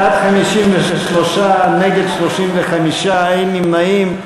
בעד, 53, נגד, 35, אין נמנעים.